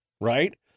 right